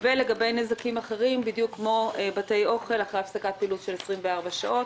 ולגבי נזקים אחרים כמו בתי אוכל אחרי הפסקת פעילות של 24 שעות,